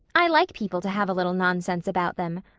i like people to have a little nonsense about them.